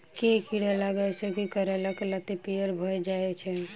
केँ कीड़ा लागै सऽ करैला केँ लत्ती पीयर भऽ जाय छै?